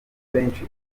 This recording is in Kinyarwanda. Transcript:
benshi